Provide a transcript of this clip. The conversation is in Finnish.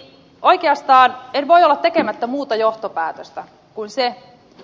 eli oikeastaan en voi olla tekemättä muuta johtopäätöstä kuin sen